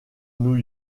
new